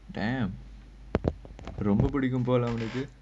damn ரொம்பே புடிக்கும் போல உங்களுக்கு:romba pudikkum pola ungalukku